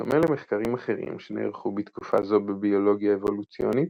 בדומה למחקרים אחרים שנערכו בתקופה זו בביולוגיה אבולוציונית,